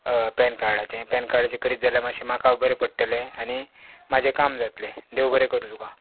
पॅनकार्डाचें पॅनकार्डाचें करीत जाल्यार मातशें म्हाका बरें पडटलें आनी म्हाजें काम जातलें देव बरें करूं तुका